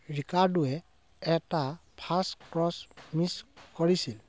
ৰিকাৰ্ডোৱে এটা first cross miss কৰিছিল